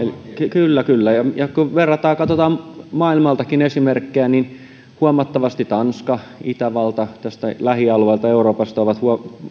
kyllä kyllä ja ja kun katsotaan maailmaltakin esimerkkejä niin tanska itävalta tästä lähialueelta euroopasta ovat